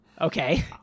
Okay